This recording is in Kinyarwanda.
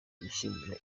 yishimira